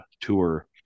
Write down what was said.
tour